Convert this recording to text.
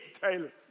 Taylor